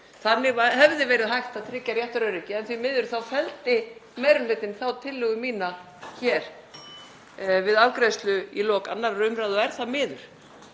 Þannig hefði verið hægt að tryggja réttaröryggi en því miður felldi meiri hlutinn þá tillögu mína við afgreiðslu í lok 2. umr. og er það miður.